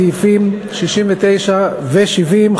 סעיפים 69 ו-70,